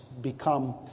become